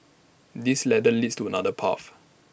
this ladder leads to another path